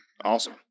Awesome